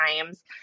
times